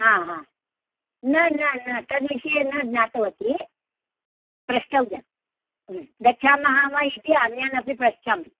हा हा न न न तद्विषये न ज्ञातवती